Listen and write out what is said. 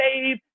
save